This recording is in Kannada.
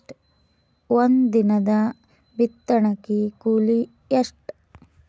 ಒಂದಿನದ ಬಿತ್ತಣಕಿ ಕೂಲಿ ಎಷ್ಟ?